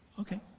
Okay